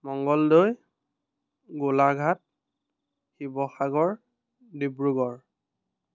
Mangaldai Golaghat Sivasagar Dibrugarh